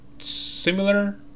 similar